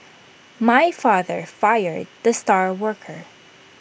my father fired the star worker